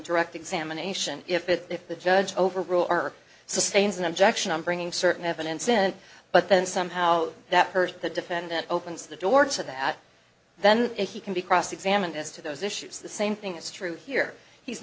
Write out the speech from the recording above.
direct examination if it if the judge overruled or sustains an objection on bringing certain evidence in but then somehow that hurt the defendant opens the door to that then if he can be cross examined as to those issues the same thing is true here he's